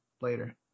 later